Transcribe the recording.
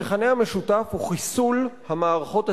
המכנה המשותף הוא חיסול המערכות הציבוריות,